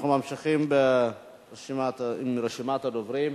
אנחנו ממשיכים ברשימת הדוברים.